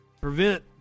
Prevent